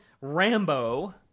Rambo